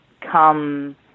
come